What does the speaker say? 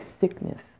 sickness